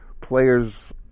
players